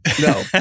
No